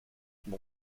mon